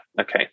Okay